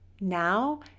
now